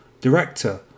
director